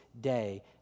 day